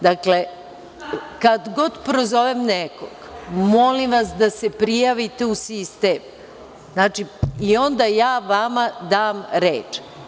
Dakle, kad god prozovem nekog, molim vas da se prijavite u sistem i onda ja vama dam reč.